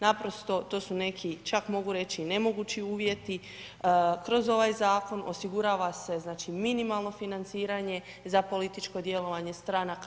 Naprosto to su neki čak mogu reći i nemogući uvjeti, kroz ovaj zakon osigurava se znači minimalno financiranje za političko djelovanje stranaka.